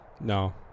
No